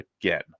again